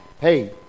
hey